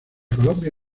colombia